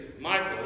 Michael